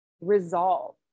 resolve